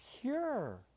pure